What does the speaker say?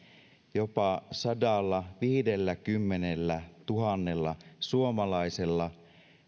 jopa sadallaviidelläkymmenellätuhannella suomalaisella